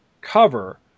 cover